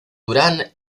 durán